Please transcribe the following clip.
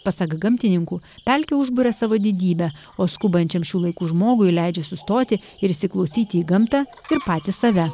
pasak gamtininkų pelkė užburia savo didybe o skubančiam šių laikų žmogui leidžia sustoti ir įsiklausyti į gamtą ir patį save